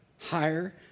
higher